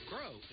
Grow